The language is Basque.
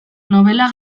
nobela